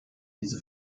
diese